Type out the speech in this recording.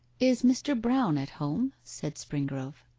is mr. brown at home said springrove.